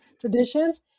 traditions